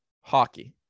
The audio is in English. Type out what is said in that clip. Hockey